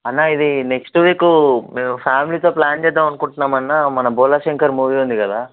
అన్న ఇది next week మేము ఫ్యామిలీతో ప్లాన్ చేద్దాం అనుకుంటున్నాం అన్న మన భోళా శంకర్ మూవీ ఉంది కదా